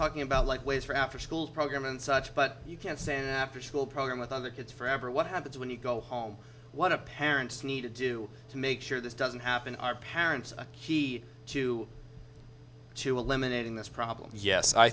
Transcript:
talking about like ways for afterschool program and such but you can't send after school program with other kids forever what happens when you go home what a parent's need to do to make sure this doesn't happen our parents are key to to eliminating this problem yes i